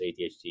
adhd